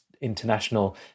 international